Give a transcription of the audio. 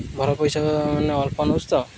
ଭଲ ପଇସା ମାନେ ଅଳ୍ପ ନେଉଛି ତ